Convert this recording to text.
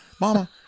Mama